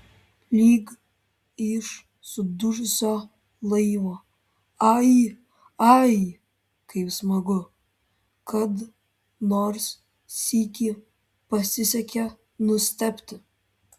lyg iš sudužusio laivo ai ai kaip smagu kad nors sykį pasisekė nustebti